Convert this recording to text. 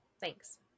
thanks